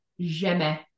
jamais